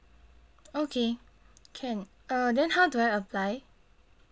okay can uh then how do I apply